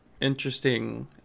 interesting